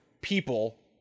people